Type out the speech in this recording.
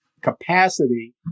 capacity